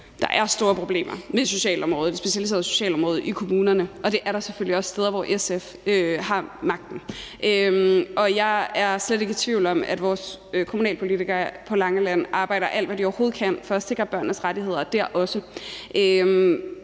Der er store problemer med det specialiserede socialområde i kommunerne, og det er der selvfølgelig også steder, hvor SF har magten. Jeg er slet ikke i tvivl om, at vores kommunalpolitikere på Langeland arbejder, alt hvad de overhovedet kan, for at sikre børnenes rettigheder der også.